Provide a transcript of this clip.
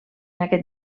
aquest